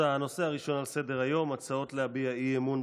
הצעת חוק העונשין (תיקון,